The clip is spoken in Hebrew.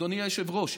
אדוני היושב-ראש,